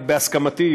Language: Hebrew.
בהסכמתי,